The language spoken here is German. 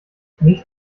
nicht